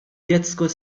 детской